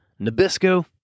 Nabisco